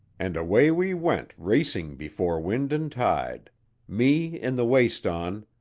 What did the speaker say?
and away we went racing before wind and tide me in the waist on,